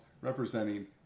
representing